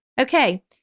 Okay